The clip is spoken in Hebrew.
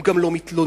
הם גם לא מתלוננים,